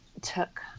took